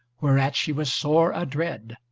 whereat she was sore adread.